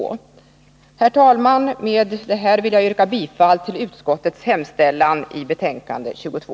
Herr talman! Med det anförda vill jag yrka bifall till arbetsmarknadsutskottets hemställan i betänkandet 22.